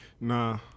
Nah